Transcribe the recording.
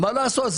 מה לעשות?